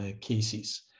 cases